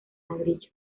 ladrillo